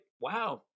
wow